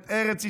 את ארץ ישראל,